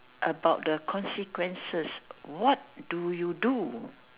about the consequences what do you do